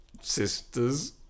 sisters